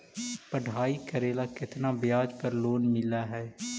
पढाई करेला केतना ब्याज पर लोन मिल हइ?